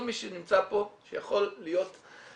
כל מי שנמצא פה שיכול להיות מפקח